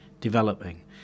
developing